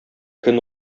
көн